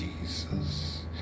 Jesus